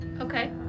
Okay